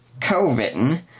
co-written